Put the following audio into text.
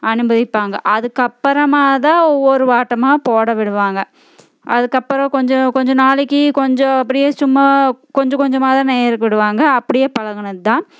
அனுமதிப்பாங்க அதுக்கு அப்பறமாக தான் ஒரு வாட்டமாக போட விடுவாங்க அதுக்கு அப்பறம் கொஞ்சம் கொஞ்சம் நாளைக்கு கொஞ்சம் அப்படியே சும்மா கொஞ்சம் கொஞ்சமாக தான் நெய்கிறத்துக்கு விடுவாங்க அப்படியே பழகினது தான்